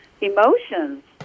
emotions